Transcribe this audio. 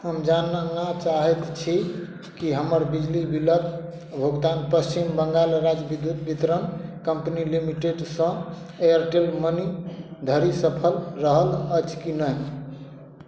हम जानना चाहैत छी कि हमर बिजली बिलक भुगतान पश्चिम बंगाल राज्य विद्युत वितरण कम्पनी लिमिटेडसँ एयरटेल मनी धरी सफल रहल अछि कि नहि